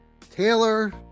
Taylor